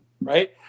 right